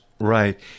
Right